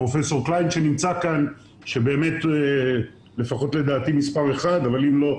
פרופסור קליין שנמצא כאן שבאמת לפחות לדעתי הוא מספר אחד ואם לא,